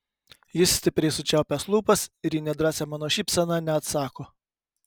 jis stipriai sučiaupęs lūpas ir į nedrąsią mano šypseną neatsako